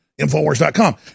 InfoWars.com